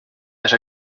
les